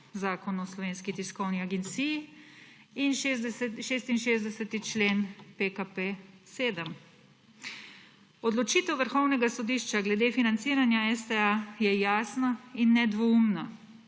Zakon o Slovenski tiskovni agenciji in 66. člen PKP 7. Odločitev Vrhovnega sodišča glede financiranja STA je jasno in nedoumno.